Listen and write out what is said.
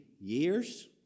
years